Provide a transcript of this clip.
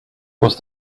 was